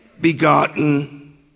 begotten